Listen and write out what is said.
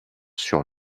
sur